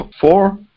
four